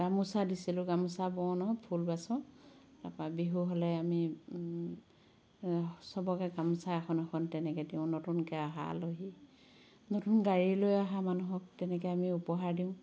গামোচা দিছিলোঁ গামোচা বওঁ নহয় ফুল বাচো তাৰ পৰা বিহু হ'লে আমি চবকে গামোচা এখন এখন তেনেকে দিওঁ নতুনকে অহা আলহী নতুন গাড়ী লৈ অহা মানুহক তেনেকে আমি উপহাৰ দিওঁ